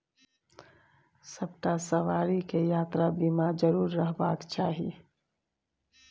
सभटा सवारीकेँ यात्रा बीमा जरुर रहबाक चाही